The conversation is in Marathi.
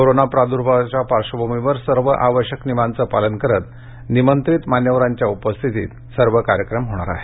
कोरोना प्राद्भावाच्या पार्श्वभूमीवर आवश्यक सर्व नियमांचं पालन करत निमंत्रित मान्यवरांच्या उपस्थितीत सर्व कार्यक्रम होणार आहेत